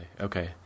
okay